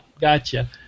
gotcha